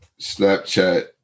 Snapchat